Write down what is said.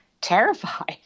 terrified